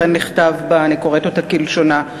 אני קוראת אותה כלשונה.